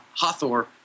Hathor